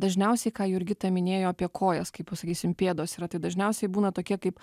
dažniausiai ką jurgita minėjo apie kojas kaip pasakysim pėdos yra tai dažniausiai būna tokie kaip